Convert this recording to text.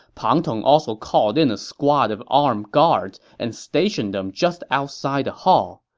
pang tong also called in a squad of armed guards and stationed them just outside the hall.